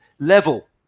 level